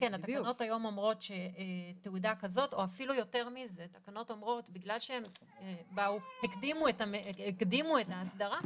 בגלל שהקדימו את ההסדרה,